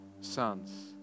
sons